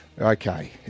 Okay